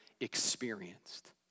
experienced